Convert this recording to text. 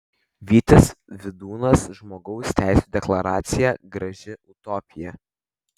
vytis vidūnas žmogaus teisų deklaracija graži utopija